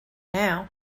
now